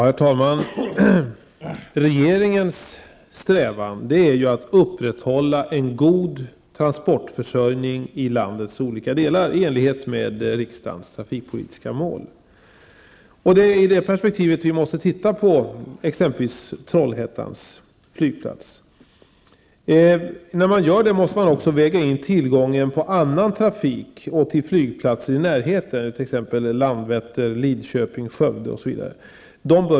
Herr talman! Regeringens strävan är att upprätthålla en god transportförsörjning i landets olika delar i enlighet med riksdagens trafikpolitiska mål. Det är i det perspektivet vi måste se på exempelvis Trollhättans flygplats. Man måste också väga in tillgången på annan trafik och till flygplatser i närheten, t.ex. Landvetter, Lidköping och Skövde.